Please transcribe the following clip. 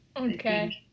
Okay